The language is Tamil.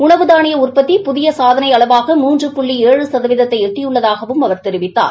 உணவு தாளிய உற்பத்தி புதிய சாதனை அளவாக மூன்று புள்ளி ஏழு சதவீதத்தை எட்டியுள்ளதாகவும் அவா் தெரிவித்தார்